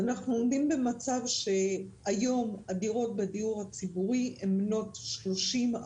הדירות היום בדיור הציבורי הן בנות שלושים,